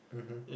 mmhmm